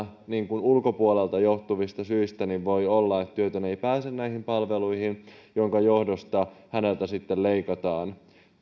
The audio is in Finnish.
ulkopuolelta johtuvista syistä voi olla että työtön ei pääse palveluihin minkä johdosta häneltä sitten leikataan